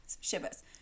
shivers